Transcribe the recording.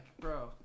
bro